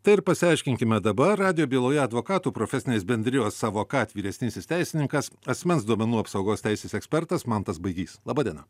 tai ir pasiaiškinkime dabar radijo byloje advokatų profesinės bendrijos avocad vyresnysis teisininkas asmens duomenų apsaugos teisės ekspertas mantas baigys laba diena